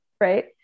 right